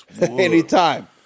Anytime